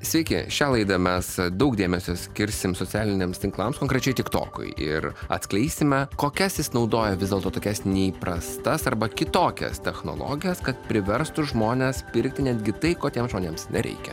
sveiki šią laidą mes daug dėmesio skirsim socialiniams tinklams konkrečiai tiktokui ir atskleisime kokias jis naudoja vis dėlto tokias neįprastas arba kitokias technologijas kad priverstų žmones pirkti netgi tai ko tiems žmonėms nereikia